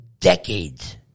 decades